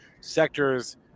sectors